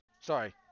Sorry